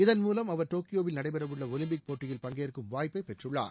இதன் மூலம் அவர் டோக்கியோவில் நடைபெற உள்ள ஒலிம்பிக் போட்டியில் பங்கேற்கும் வாய்ப்பை பெற்றுள்ளார்